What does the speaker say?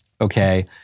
okay